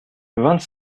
vingt